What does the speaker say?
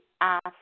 ask